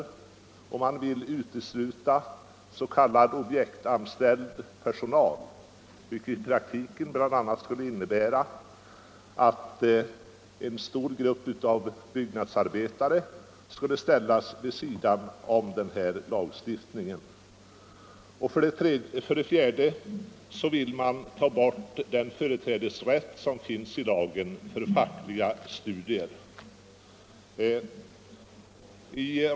För det tredje vill man utesluta s.k. objektanställd personal, vilket i praktiken bl.a. skulle innebära att en stor grupp av byggnadsarbetare skulle ställas vid sidan om den här lagstiftningen. För det fjärde vill man ta bort den företrädesrätt till ledighet för fackliga studier som finns i lagen.